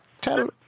Tell